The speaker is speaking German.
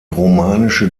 romanische